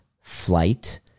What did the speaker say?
flight